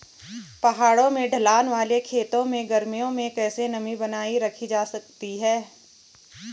पहाड़ों में ढलान वाले खेतों में गर्मियों में कैसे नमी बनायी रखी जा सकती है?